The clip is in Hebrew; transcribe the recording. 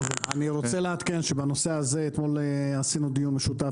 אני רוצה לעדכן שאתמול עשינו דיון משותף